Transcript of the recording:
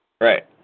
Right